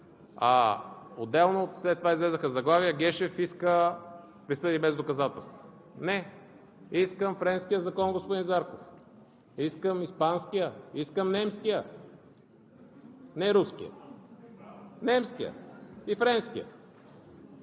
Отделно, след това излязоха заглавия „Гешев иска присъди без доказателства.“ Не, искам френския закон, господин Зарков. Искам испанския, искам немския – не руския! Немския и френския